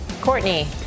courtney